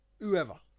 whoever